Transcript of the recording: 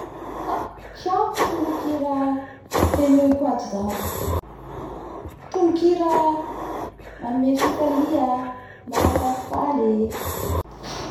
Tiako tonokalonao toy ka azoko anotania anao nanao akory ny nahazahaoanao aingampanahay nahavitanaoa anazy ty.